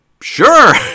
sure